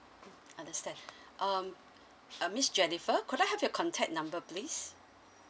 understand um uh miss jennifer could I have your contact number please